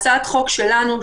הצעת החוק שלנו,